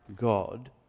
God